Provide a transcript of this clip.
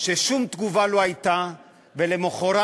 שום תגובה לא הייתה ולמחרת